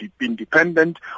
independent